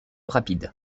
rapid